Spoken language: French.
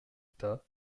tas